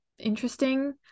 interesting